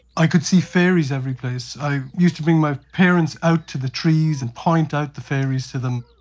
i could see fairies every place. i used to bring my parents out to the trees and point out the fairies to them.